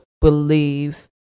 believe